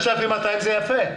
5,200 זה יפה.